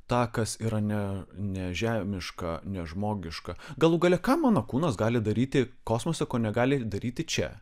tą kas yra ne nežemiška nežmogiška galų gale ką mano kūnas gali daryti kosmose ko negali daryti čia